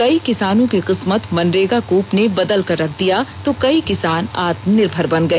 कई किसानों का किस्मत मनरेगा कूप ने बदल कर रख दिया तो कई किसान आत्मनिर्भर बन गए